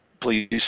please